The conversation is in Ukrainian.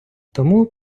тому